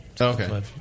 okay